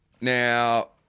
Now